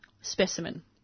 specimen